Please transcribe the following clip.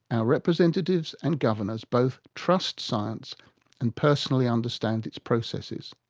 our representatives and governors, both trust science and personally understand its processes.